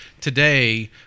today